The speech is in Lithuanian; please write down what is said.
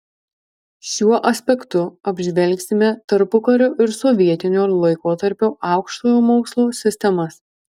šiuo aspektu apžvelgsime tarpukario ir sovietinio laikotarpio aukštojo mokslo sistemas